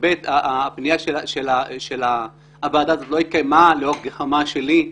וכי הפנייה של הוועדה לא התקיימה לאור גחמה שלי.